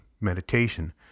meditation